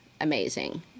amazing